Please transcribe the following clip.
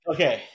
Okay